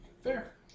Fair